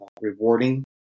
rewarding